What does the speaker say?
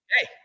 hey